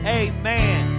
amen